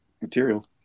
material